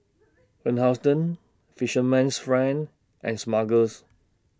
Van Houten Fisherman's Friend and Smuckers